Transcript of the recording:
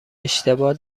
اشتباه